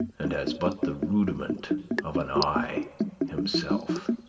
and has but the rudiment of an eye himself.